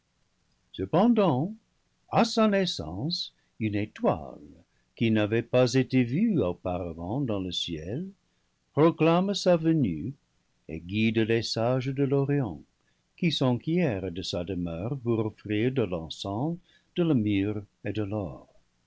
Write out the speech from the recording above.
cependant à sa naissance une étoile qui n'avait pas été vue auparavant dans le ciel proclame sa venue et guide les sages de l'orient qui s'enquièrent de sa demeure pour offrir de l'encens de la myrrhe et de l'or